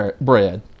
bread